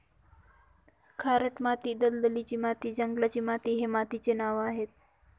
खारट माती, दलदलीची माती, जंगलाची माती हे मातीचे नावं आहेत